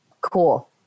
cool